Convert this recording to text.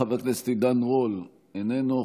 חבר הכנסת עידן רול, איננו.